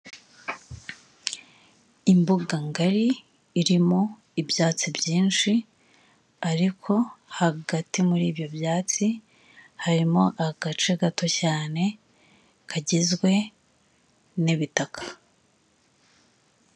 Imbuga ngari irimo ibyatsi byinshi ariko hagati muri ibyo byatsi harimo agace gato cyane kagizwe n'ibitaka.